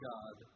God